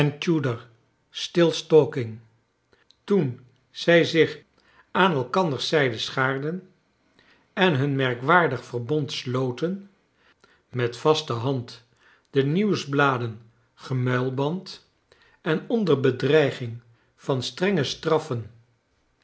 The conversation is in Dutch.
stils talking toen zij zich aan elkanders zijde schaarden en hun merkwaardig verbond sloten met vaste hand de nieuwsbladen gemuilband en onder bedreiging van strenge straff